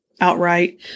Outright